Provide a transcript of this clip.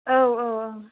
औ औ